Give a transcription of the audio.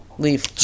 leave